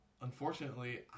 unfortunately